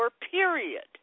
period